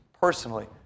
personally